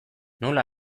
nola